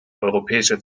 europäische